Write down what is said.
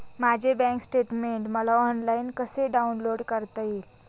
माझे bank statement मला online कसे डाउनलोड करता येईल?